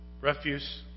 refuse